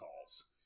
calls